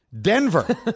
Denver